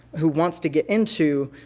who wants to get into